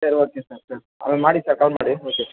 ಸರಿ okay sir ಆಮೇಲೆ ಮಾಡಿ ಸರ್ ಕಾಲ್ ಮಾಡಿ ಓಕೆ ಸರ್